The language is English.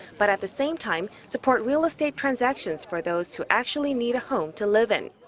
but at the same time support real estate transactions for those who actually need a home to live in.